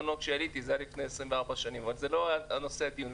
עליתי לפני 24 שנים, אבל זה לא נושא הדיון.